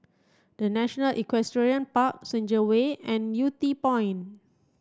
The National Equestrian Park Senja Way and Yew Tee Point